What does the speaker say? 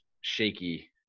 shaky